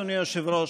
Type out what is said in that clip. אדוני היושב-ראש,